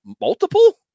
multiple